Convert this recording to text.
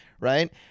right